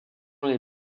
les